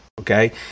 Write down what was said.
okay